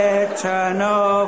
eternal